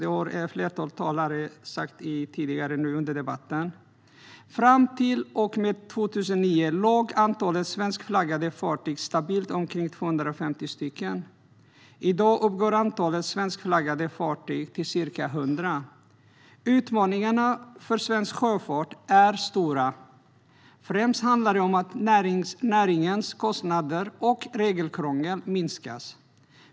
Det har ett flertal talare sagt under debatten. Fram till och med 2009 låg antalet svenskflaggade fartyg stabilt på omkring 250. I dag uppgår antalet svenskflaggade fartyg till ca 100. Utmaningarna för svensk sjöfart är stora. Främst handlar det om att näringens kostnader och regelkrångel minskas.